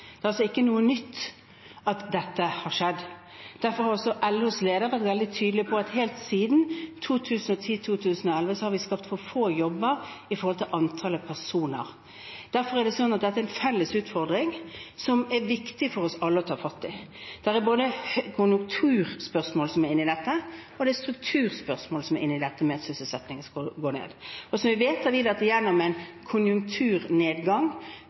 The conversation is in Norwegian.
Det er altså ikke noe nytt at dette har skjedd. Derfor har også LOs leder vært veldig tydelig på at helt siden 2010–2011 har vi skapt for få jobber i forhold til antall personer. Derfor er dette en felles utfordring som det er viktig for oss alle å ta fatt i. Det er både konjunkturspørsmål og strukturspørsmål som er inne i dette med at sysselsettingen går ned. Og som vi vet, har vi vært igjennom en konjunkturnedgang